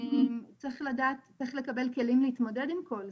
צריך לדעת איך לקבל כלים להתמודד עם כל זה.